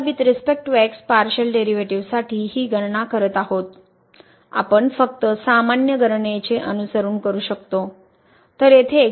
तर with respect to x partial derivatives साठी ही गणना करत आहोत आपण फक्त सामान्य गणनेचे अनुसरण करू शकतो